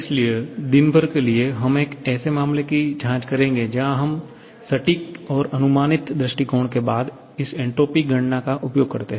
इसलिए दिन भर के लिए हम एक ऐसे मामले की जाँच करेंगे जहाँ हम सटीक और अनुमानित दृष्टिकोण के बाद इस एन्ट्रापी गणना का उपयोग करते हैं